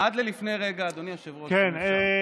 עד לפני רגע, אדוני היושב-ראש, אם אפשר.